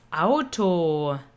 Auto